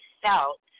felt